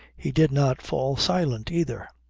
he did not fall silent either.